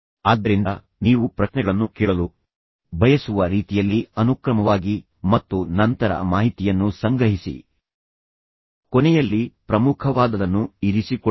ಆದ್ದರಿಂದ ನೀವು ಪ್ರಶ್ನೆಗಳನ್ನು ಕೇಳಲು ಬಯಸುವ ರೀತಿಯಲ್ಲಿ ಅನುಕ್ರಮವಾಗಿ ಮತ್ತು ನಂತರ ಮಾಹಿತಿಯನ್ನು ಸಂಗ್ರಹಿಸಿ ಕೊನೆಯಲ್ಲಿ ಪ್ರಮುಖವಾದದನ್ನು ಇರಿಸಿಕೊಳ್ಳಿ